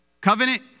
Covenant